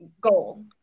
goal